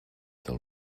del